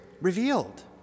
revealed